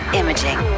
imaging